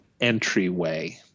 entryway